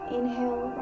Inhale